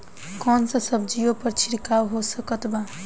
कौन सा सब्जियों पर छिड़काव हो सकत बा?